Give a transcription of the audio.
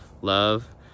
love